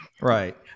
Right